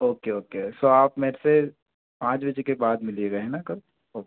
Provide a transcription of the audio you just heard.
okay okay तो आप मेरे से पाँच बजे के बाद मिलिएगा है ना कल ओके